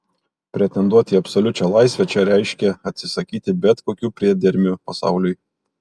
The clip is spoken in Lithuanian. pretenduoti į absoliučią laisvę čia reiškė atsisakyti bet kokių priedermių pasauliui